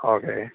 okay